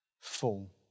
full